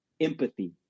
empathy